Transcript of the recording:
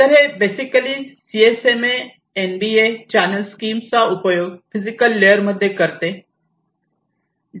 तर हे basically CSMA NBA channel स्कीमचा उपयोग फिजिकल लेयर मध्ये करते